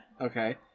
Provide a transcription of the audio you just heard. Okay